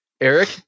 Eric